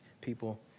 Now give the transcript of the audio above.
people